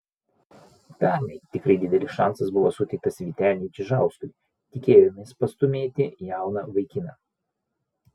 pernai tikrai didelis šansas buvo suteiktas vyteniui čižauskui tikėjomės pastūmėti jauną vaikiną